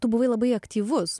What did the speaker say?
tu buvai labai aktyvus